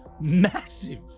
massive